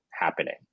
happening